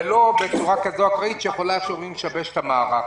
ולא בצורה אקראית שיכולה לשבש את המערך.